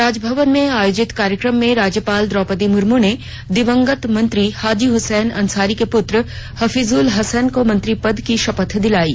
राजभवन में आयोजित कार्यक्रम में राज्यपाल द्रौपदी मुर्मू ने दिवंगत मंत्री हाजी हसैन अंसारी के पुत्र हफीजुल हसन को मंत्री पद की शपथ दिलायी